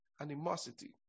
animosity